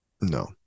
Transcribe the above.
No